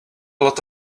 lot